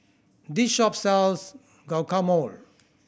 this shop sells Guacamole